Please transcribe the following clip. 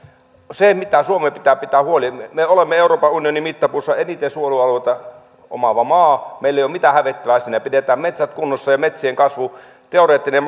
mistä suomen pitää pitää huoli me me olemme euroopan unionin mittapuussa eniten suojelualueita omaava maa meillä ei ole mitään hävettävää siinä pidetään metsät kunnossa ja metsien kasvun teoreettinen